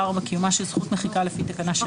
קיומה של זכות מחיקה לפי תקנה 3,